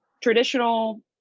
traditional